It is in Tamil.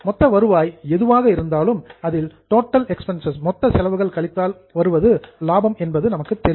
மொத்த வருவாய் எதுவாக இருந்தாலும் அதில் டோட்டல் எக்ஸ்பென்ஸ்சஸ் மொத்த செலவுகள் கழித்தால் வருவது லாபம் என்பது நமக்குத் தெரியும்